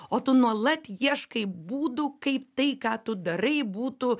o tu nuolat ieškai būdų kaip tai ką tu darai būtų